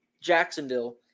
Jacksonville